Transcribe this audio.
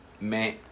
man